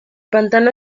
pantano